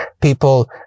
people